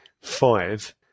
five